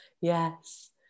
yes